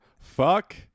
Fuck